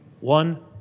One